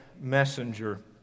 messenger